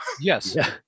Yes